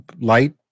light